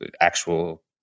actual